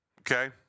okay